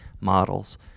models